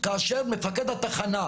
כאשר מפקד התחנה,